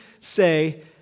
Say